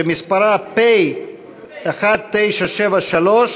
שמספרה פ/1973/20,